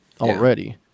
already